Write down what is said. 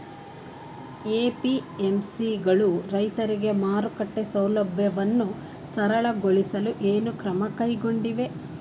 APMC ಗಳು ರೈತರಿಗೆ ಮಾರುಕಟ್ಟೆ ಸೌಲಭ್ಯವನ್ನು ಸರಳಗೊಳಿಸಲು ಏನು ಕ್ರಮ ಕೈಗೊಂಡಿವೆ?